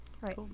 right